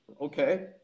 Okay